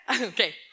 okay